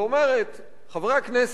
ואומרת: חברי הכנסת,